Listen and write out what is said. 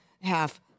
Half